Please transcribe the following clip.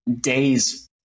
days